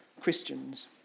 Christians